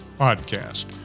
Podcast